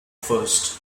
first